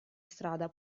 strada